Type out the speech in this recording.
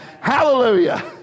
Hallelujah